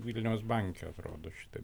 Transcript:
vilniaus banke atrodo šitaip